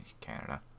Canada